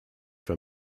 for